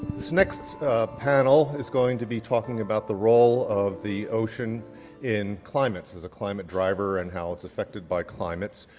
this next panel is going to be talking about the role of the ocean in climates, as a climate driver, and how it's affected by climates.